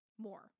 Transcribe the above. more